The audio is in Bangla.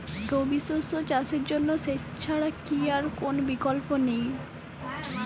রবি শস্য চাষের জন্য সেচ ছাড়া কি আর কোন বিকল্প নেই?